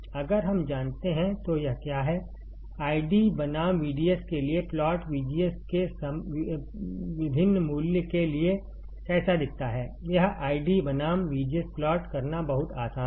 अगर हम जानते हैं तो यह क्या है आईडी बनाम VDS के लिए प्लॉट VGS के विभिन्न मूल्य के लिए कैसा दिखता है यह आईडी बनाम VGS प्लॉट करना बहुत आसान है